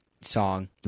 song